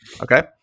Okay